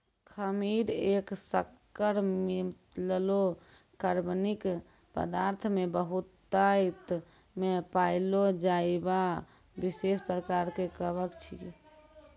खमीर एक शक्कर मिललो कार्बनिक पदार्थ मे बहुतायत मे पाएलो जाइबला विशेष प्रकार के कवक छिकै